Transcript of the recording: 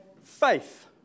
faith